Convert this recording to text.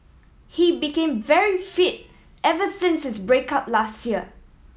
he became very fit ever since his break up last year